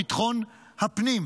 ביטחון הפנים.